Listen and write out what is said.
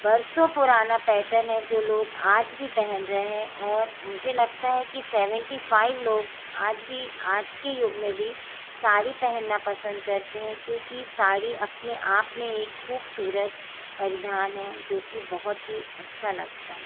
बरसों पुराना पैटर्न है जो लोग आज भी पहन रहें और मुझे लगता है कि सेवेंटी फाइव लोग आज भी आज के युग में भी साड़ी पहनना पसंद करते हैं क्योंकि साड़ी अपने आप में एक ख़ूबसूरत परिधान है जो कि बहुत ही अच्छा लगता है